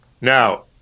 Now